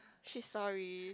she sorry